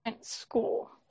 school